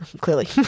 clearly